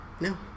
No